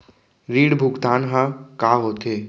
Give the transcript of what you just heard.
ऋण भुगतान ह का होथे?